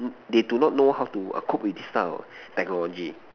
mm they do not know how to err cope with this type of technology